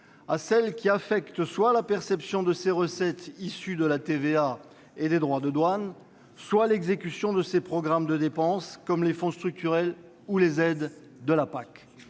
à celles qui affectent soit la perception de ses recettes issues de la TVA et des droits de douane, soit l'exécution de ses programmes de dépenses comme les fonds structurels ou les aides de la PAC.